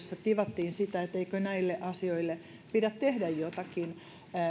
tivattiin sitä että eikö näille asioille pidä tehdä jotakin